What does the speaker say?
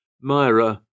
Myra